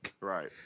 Right